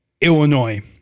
Illinois